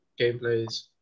gameplays